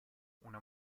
una